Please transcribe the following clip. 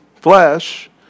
flesh